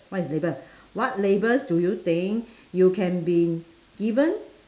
what is label what labels do you think you can been given